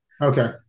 Okay